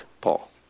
Paul